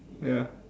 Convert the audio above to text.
ya